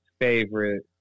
favorite